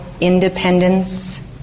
independence